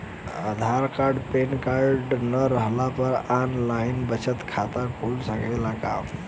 आधार card PAN card न रहला पर आन लाइन बचत खाता खुल सकेला का?